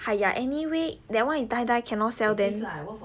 !haiya! anyway that one if die die cannot sell then